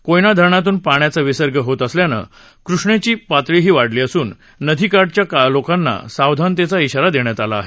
कोयना धरणातून पाण्याचा विसर्ग होत असल्यानं कृष्णेची पातळीही वाढली असून नदी काठावरच्या लोकांना सावधानतेचा श्राा दिला आहे